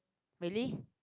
really